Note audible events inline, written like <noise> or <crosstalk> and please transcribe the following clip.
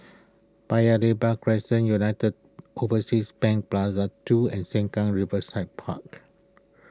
Paya Lebar Crescent United <unintelligible> Overseas Bank Plaza two and Sengkang Riverside Park